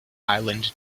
island